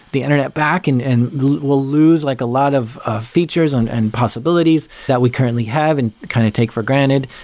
the internet back and and we'll lose like a lot of ah features and and possibilities that we currently have and kind of take for granted,